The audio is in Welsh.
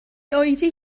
oedi